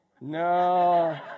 No